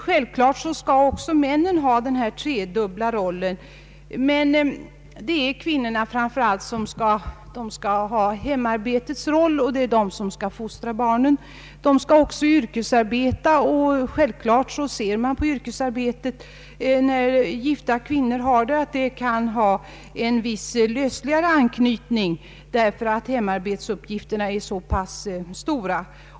Självfallet skall också männen ha tre roller. Men det är framför allt kvinnorna som skall svara för hemarbetet och fostra barnen. De skall också yrkesarbeta, och i regel har gifta kvinnors yrkesarbete en lösligare anknytning, eftersom hemarbetsuppgifterna är så stora.